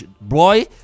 boy